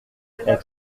avec